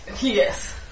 Yes